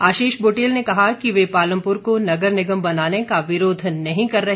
आशीष बुटेल ने कहा कि वह पालमपुर को नगर निगम बनाने का विरोध नहीं कर रहे